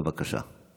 בבקשה.